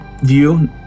view